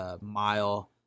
mile